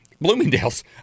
Bloomingdale's